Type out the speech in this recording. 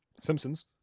simpsons